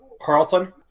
Carlton